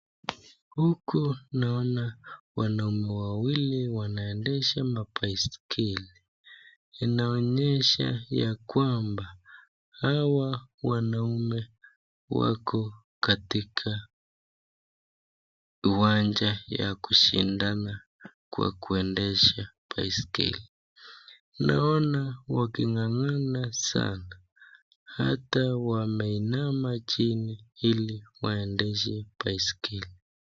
Huku naona wanaume wawili wanaendesha mabaiskeli. Inaonyesha ya kwamba hawa wanaume wako katika uwanja ya kushindana kwa kuendesha baiskeli. Naona waking'ang'ana sana. Hata wameinama chini ili waendeshe baiskeli.